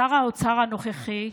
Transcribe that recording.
שר האוצר הנוכחי,